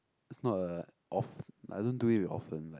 it's not a oft~ I don't do it often like